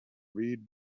read